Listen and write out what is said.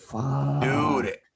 dude